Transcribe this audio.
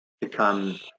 become